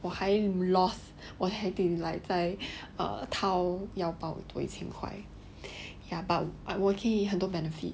我还 loss 我还得 like 再掏腰包多一千块 ya but 我可以很多 benefit